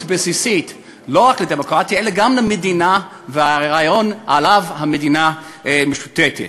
בסיסית לא רק לדמוקרטיה אלא גם למדינה ולרעיון שעליו המדינה מושתתת.